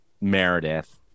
Meredith